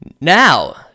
now